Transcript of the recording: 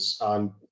on